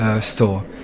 store